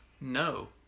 No